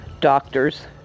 doctors